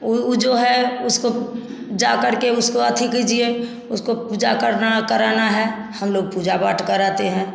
वो वो जो है उसको जाकर के उसको आतिथ्य कीजिए उसको पूजा करना कराना है हम लोग पूजा पाठ कराते हैं